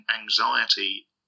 anxiety